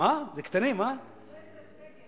סוף-סוף